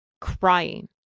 crying